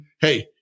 Hey